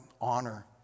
honor